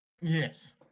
Yes